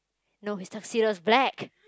no his tuxedo is black